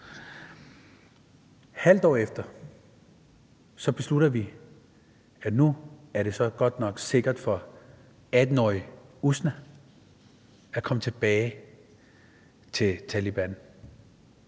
halvt år efter beslutter vi, at nu er det så sikkert nok for 18-årige Usna at komme tilbage til Taleban.